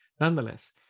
nonetheless